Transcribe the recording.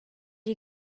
you